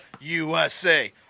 USA